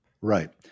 Right